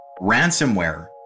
ransomware